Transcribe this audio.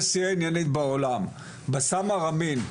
בסאם ארמין,